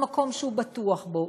במקום שהוא בטוח בו.